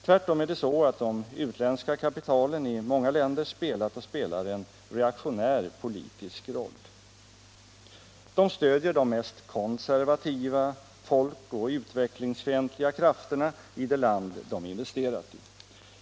Tvärtom är det så, att de utländska kapitalen i många länder har spelat och spelar en reaktionär politisk roll. De stöder de mest konservativa folkoch utvecklingsfientliga krafterna i det land de investerat i.